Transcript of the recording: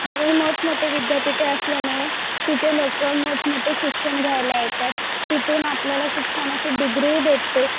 आणि मोठमोठे विद्यापीठे असल्यामुळे तिथे लोकं मोठमोठे शिक्षण घ्यायला येतात तिथून आपल्याला खूप छान अशी डिग्रीही भेटते